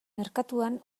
merkatuan